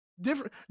Different